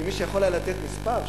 כי מי שהיה יכול לתת מספר,